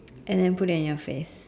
and then put it at your face